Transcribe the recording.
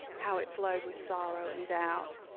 how it flowed with sorrow and doubt.